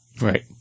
Right